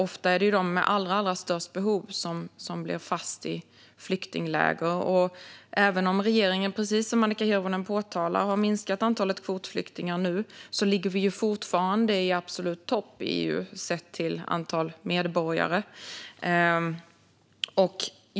Ofta är det de med allra störst behov som blir fast i flyktingläger. Även om regeringen, precis som Annika Hirvonen påtalar, nu har minskat antalet kvotflyktingar ligger vi fortfarande i absolut topp i EU i förhållande till antalet medborgare.